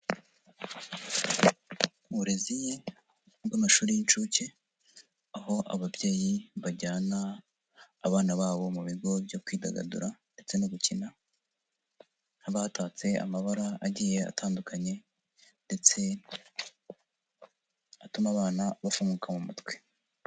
Mu burezi bw'amashuri y'inshuke aho ababyeyi bajyana abana babo mu bigo byo kwidagadura ndetse no gukina, haba hatatse amabara agiye atandukanye ndetse atuma abana bafunguka mu mutwe.